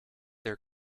their